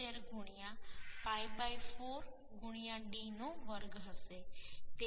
78 ગુણ્યા pi 4 ગુણ્યા d નો વર્ગ હશે